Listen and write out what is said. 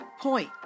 point